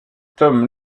tom